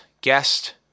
guest